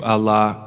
Allah